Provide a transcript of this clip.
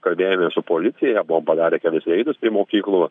kalbėjome su policija buvom padarę kelis reidus prie mokyklų